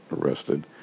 arrested